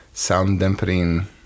sound-dampening